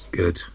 good